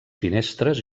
finestres